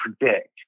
predict